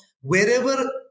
Wherever